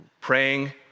praying